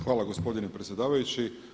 Hvala gospodine predsjedavajući.